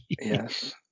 Yes